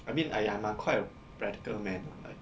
I mean !aiya! I'm like quite a practical man ah like